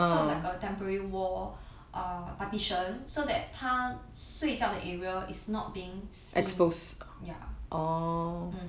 sort of like a temporary wall err partition so that 他睡觉的 area is not being seen ya